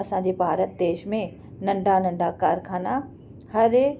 असांजे भारत देश में नंढा नंढा कारखाना हरे